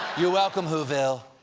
you're welcome, whoville.